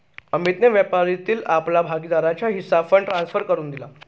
अमितने व्यापारातील आपला भागीदारीचा हिस्सा फंड ट्रांसफर करुन दिला